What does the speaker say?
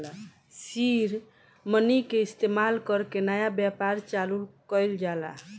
seed money के इस्तमाल कर के नया व्यापार चालू कइल जाला